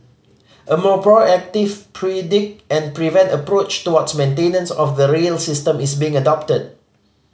a more proactive predict and prevent approach towards maintenance of the rail system is being adopted